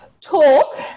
talk